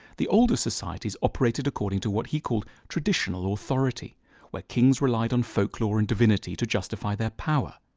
the older societies operated according to what he called traditional authority where kings relied on folklore and divinity to justify their power.